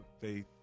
Faith